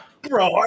Bro